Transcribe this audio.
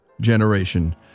generation